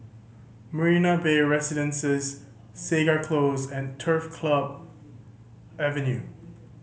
Marina Bay Residences Segar Close and Turf Club Avenue